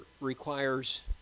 requires